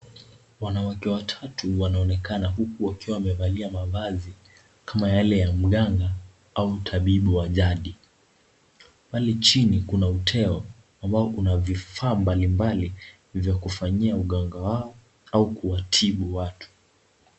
Wanawake watatu wanonekana huku wakiwa wamevalia mavazi kama yale ya mganga au tabibu wa jadi. Pale chini kuna uteo ambao una vifaa mbalimbali za kufanyia uganga wao au kuwatibu watu.